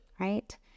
Right